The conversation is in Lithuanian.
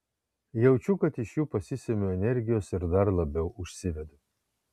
jaučiu kad iš jų pasisemiu energijos ir dar labiau užsivedu